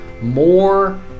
more